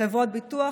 חברות ביטוח,